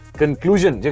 conclusion